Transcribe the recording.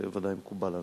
זה בוודאי מקובל עלי.